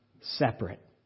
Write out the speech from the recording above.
separate